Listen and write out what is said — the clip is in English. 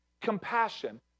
Compassion